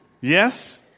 Yes